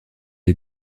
est